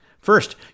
First